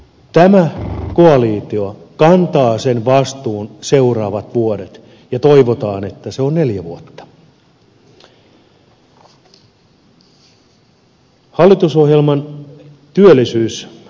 tämä koalitio kantaa sen vastuun seuraavat vuodet ja toivotaan että se on neljä vuotta